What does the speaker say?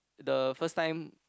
the first time